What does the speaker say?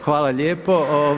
Hvala lijepo.